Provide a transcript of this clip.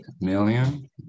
million